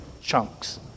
chunks